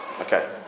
Okay